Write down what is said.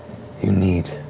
you need